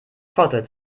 vorteil